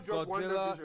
Godzilla